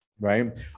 right